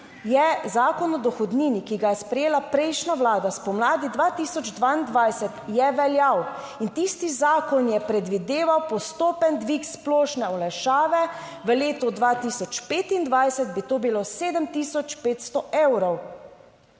Zakon o dohodnini, ki ga je sprejela prejšnja Vlada spomladi 2022 je veljal in tisti zakon je predvideval postopen dvig splošne olajšave v letu 2025 bi to bilo 7 tisoč